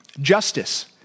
justice